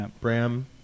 Bram